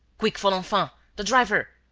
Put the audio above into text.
quick, folenfant. the driver.